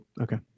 okay